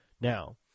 Now